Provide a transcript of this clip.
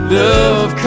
love